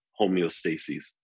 homeostasis